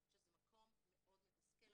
שזה מקום מאוד מתסכל.